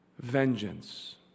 vengeance